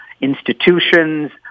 institutions